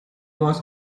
was